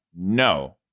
no